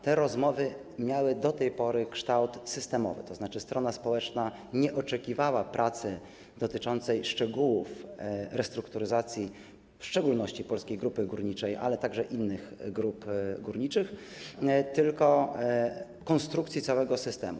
Te rozmowy miały do tej pory kształt systemowy, tzn. strona społeczna nie oczekiwała pracy dotyczącej szczegółów restrukturyzacji w szczególności Polskiej Grupy Górniczej, ale także innych grup górniczych, natomiast oczekiwała konstrukcji całego systemu.